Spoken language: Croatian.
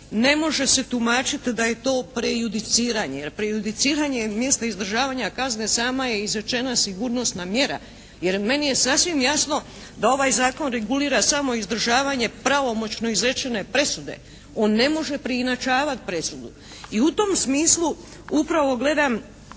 ne može se tumačiti da je to prejudiciranje, jer prejudiciranje je mjesto izdržavanja kazne, sama je izrečena sigurnosna mjera, jer meni je sasvim jasno da ovaj Zakon regulira samo izdržavanje pravomoćno izrečene presude. On ne može preinačavati presudu. I u tom smislu upravo gledam